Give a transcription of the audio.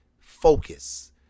focus